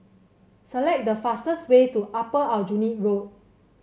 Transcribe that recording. select the fastest way to Upper Aljunied Road